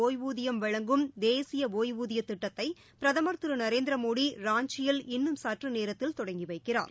ஒய்வூதியம் வழங்கும் தேசிய ஒய்வூதியத் திட்டத்தை பிரதமர் திரு நரேந்திர மோடி ராஞ்சியில் இன்னும் சற்று நேரத்தில் தொடங்கி வைக்கிறார்